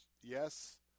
Yes